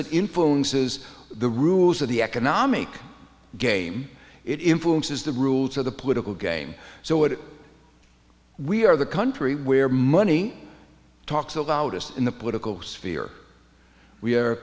it influences the rules of the economic game it influences the rules of the political game so what we are the country where money talks allowed us in the political sphere we